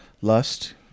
Lust